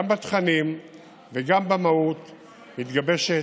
גם בתכנים וגם במהות המתגבשת.